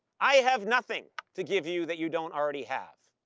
i have nothing to give you that you don't already have.